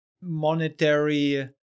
monetary